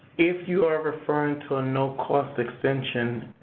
if you are referring to a no-cost extension,